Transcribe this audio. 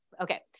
Okay